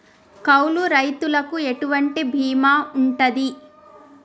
కౌలు రైతులకు ఎటువంటి బీమా ఉంటది?